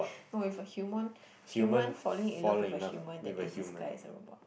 no if a human human falling in love with a human that is disguised as a robot